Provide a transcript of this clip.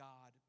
God